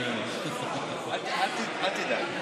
אל תדאג,